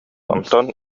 онтон